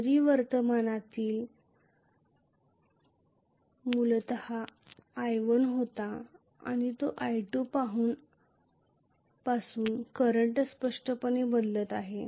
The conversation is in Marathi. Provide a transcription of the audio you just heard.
जरी वर्तमानातील मूलतः i1 होता आणि आता तो i2 आहे पासून वर्तमान स्पष्टपणे बदलत आहे